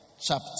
chapter